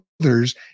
others